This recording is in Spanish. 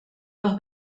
dos